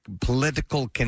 political